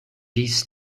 this